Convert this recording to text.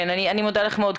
אני מודה לך מאוד.